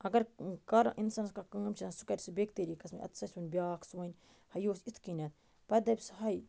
اگر کارٕ اِنسانس کانٛہہ کٲم چھِ آسان سُہ کَرِ سُہ بیٚکہِ طریٖقس منٛز اَتس آسہِ ونۍ بیٛاکھ سُہ وَنۍ ہَے یہِ اوس اِتۍ کٔنٮ۪تھ پتہٕ دَپہِ سُہ ہَے